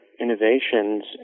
innovations